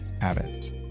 habits